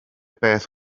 beth